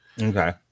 Okay